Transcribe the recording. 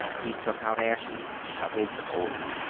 he took out ashes, shoveled coal.